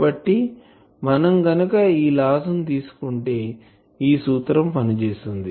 కాబట్టి మనం గనుక ఈ లాస్ ని తీసుకుంటే ఈ సూత్రం పనిచేస్తుంది